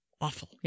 awful